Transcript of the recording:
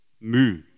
moo